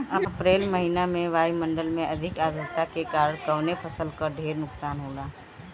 अप्रैल महिना में वायु मंडल में अधिक आद्रता के कारण कवने फसल क ढेर नुकसान होला?